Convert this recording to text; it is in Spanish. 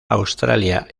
australia